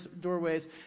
doorways